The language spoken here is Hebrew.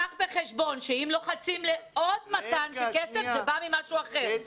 קח בחשבון שאם לוחצים לעוד מתן של כסף זה על חשבון משהו אחר.